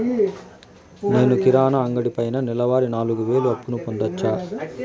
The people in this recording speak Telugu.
నేను కిరాణా అంగడి పైన నెలవారి నాలుగు వేలు అప్పును పొందొచ్చా?